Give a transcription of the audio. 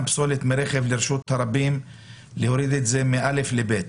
פסולת מרכב לרשות הרבים להפחית מ-א' ל-ב'.